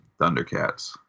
Thundercats